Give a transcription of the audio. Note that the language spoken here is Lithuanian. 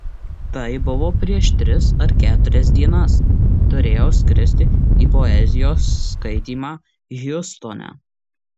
tai buvo prieš tris ar keturias dienas turėjau skristi į poezijos skaitymą hjustone